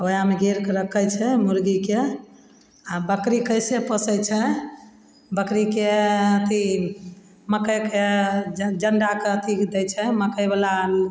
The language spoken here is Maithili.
वएहमे घेरिके रखै छै मुरगीके आओर बकरी कइसे पोसै छै बकरीके अथी मकइके जनेराके अथी दै छै मकइवला